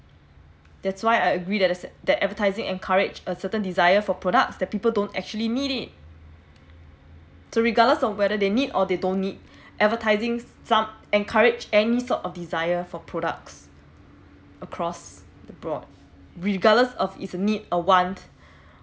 that's why I agree that that advertising encouraged a certain desire for products that people don't actually need it to regardless of whether they need or they don't need advertising some encourage any sort of desire for products across the board regardless of its need or want